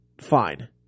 Fine